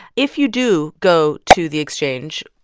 if you do go to the exchange,